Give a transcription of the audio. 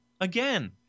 Again